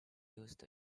used